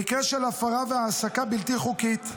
במקרה של הפרה והעסקה בלתי חוקית,